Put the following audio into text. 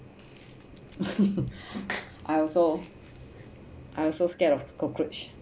I also I also scared of cockroach